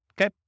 okay